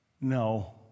no